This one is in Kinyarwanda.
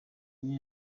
rye